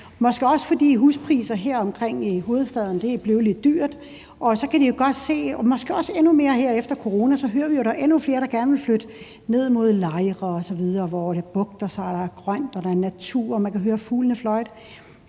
måske også, fordi huspriserne her omkring i hovedstaden er blevet lidt høje. Og så kan de jo godt se det – måske også endnu mere her efter corona – og vi hører, at der er endnu flere, der gerne vil flytte ned mod Lejre osv., hvor det bugter sig og er grønt, og hvor der er natur og man kan høre fuglene fløjte.